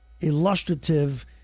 illustrative